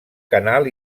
canal